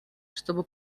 чтобы